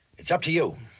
it's up to you.